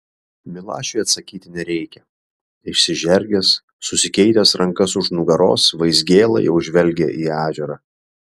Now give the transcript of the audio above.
milašiui atsakyti nereikia išsižergęs susikeitęs rankas už nugaros vaizgėla jau žvelgia į ežerą